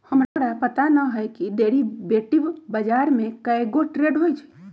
हमरा पता न हए कि डेरिवेटिव बजार में कै गो ट्रेड होई छई